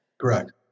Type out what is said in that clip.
Correct